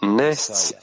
nests